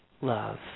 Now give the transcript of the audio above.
love